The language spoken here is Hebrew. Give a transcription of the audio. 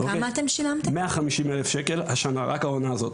רק העונה הזאת.